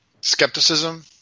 skepticism